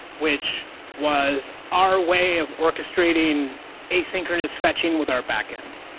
which was our way of orchestrating asynchronous fetching with our backends.